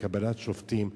של שופטים.